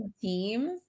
teams